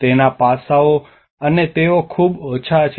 તેના પાસાઓ અને તેઓ ખૂબ ઓછા છે